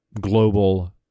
global